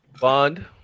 Bond